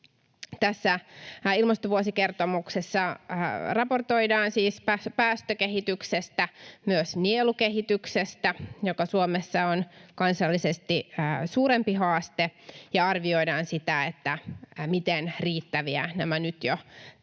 Tässä ilmastovuosikertomuksessa raportoidaan siis päästökehityksestä, myös nielukehityksestä, joka Suomessa on kansallisesti suurempi haaste, ja arvioidaan sitä, miten riittäviä nämä nyt jo tehdyt